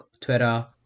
Twitter